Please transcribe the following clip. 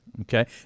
okay